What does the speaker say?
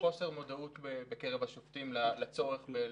חוסר מודעות בקרב השופטים לצורך.